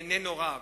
איננו רב,